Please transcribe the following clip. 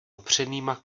upřenýma